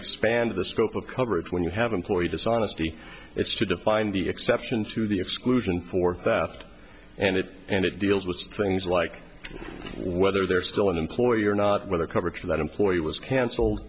expand the scope of coverage when you have employee dishonesty it's to define the exceptions to the exclusion for that and it and it deals with things like whether they're still an employer or not whether coverage of that employee was